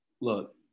look